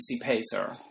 Pacer